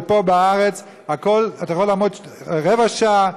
ופה בארץ אתה יכול לחכות רבע שעה,